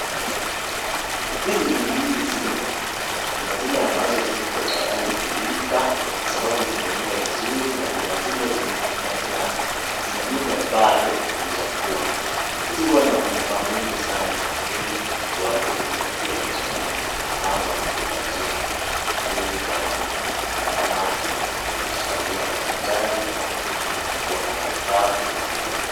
Hizi ni ndizi. Kuna zile ambazo ziko tayari kulika kwa sababu zimeiva vizuri na kuna zingine bado hazijakuwa. Hizi huwa na manufaa mingi sana kwa mwili ikiwapo kutupatia vitamini ama kutupatia nguvu kama inavyoshauriwa na daktari ama mtu anafaa kuvitumia tu.